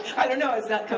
i don't know, is that